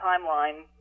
Timeline